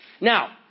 Now